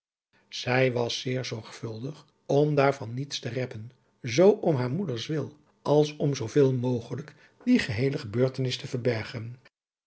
zij was zeer zorgvuldig om daar van niets te reppen zoo om haar moeders wil als om zooveel mogelijk die geheele gebeurtenis te verbergen